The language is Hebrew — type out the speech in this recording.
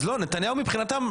אז נתניהו מבחינתם,